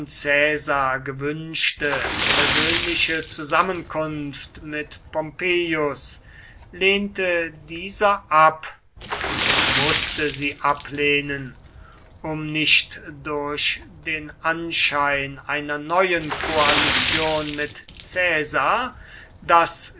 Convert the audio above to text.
caesar gewünschte persönliche zusammenkunft mit pompeius lehnte dieser ab und mußte sie ablehnen um nicht durch den anschein einer neuen koalition mit caesar das